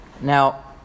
Now